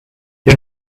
you